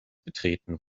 betreten